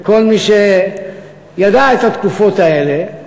כל מי שידע את התקופות האלה,